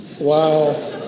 Wow